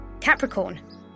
Capricorn